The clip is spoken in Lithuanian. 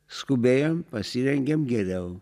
skubėjom pasirengėm geriau